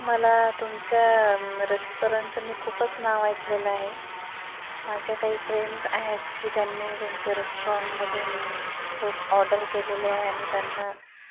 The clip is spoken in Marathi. सर मला तुमच्या रेस्टॉरंटचं मी खूपच नाव ऐकलेलं आहे माझे काही फ्रेंड आहेत की त्यांनी तुमच्या रेस्टॉरंटमधून फूड ऑर्डर केलेले आहे आणि त्यांना